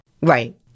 Right